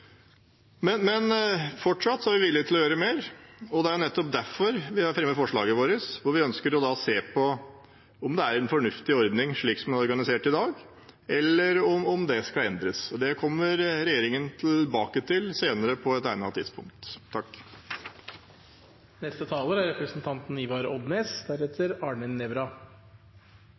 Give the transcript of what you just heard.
Men fortsatt er vi villige til å gjøre mer, og det er nettopp derfor vi har fremmet forslaget vårt hvor vi ønsker å se på om dette er en fornuftig ordning slik den er organisert i dag, eller om den skal endres. Det kommer regjeringen tilbake til senere, på et egnet tidspunkt.